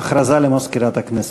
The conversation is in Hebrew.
הודעה למזכירת הכנסת.